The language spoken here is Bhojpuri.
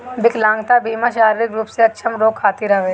विकलांगता बीमा शारीरिक रूप से अक्षम लोग खातिर हवे